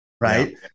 right